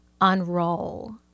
unroll